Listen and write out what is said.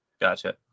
Gotcha